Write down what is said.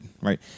right